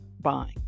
buying